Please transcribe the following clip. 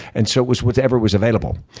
and so it was whatever was available.